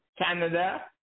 Canada